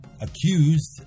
accused